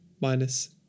minus